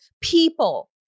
people